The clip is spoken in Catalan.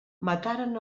mataren